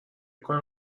کنم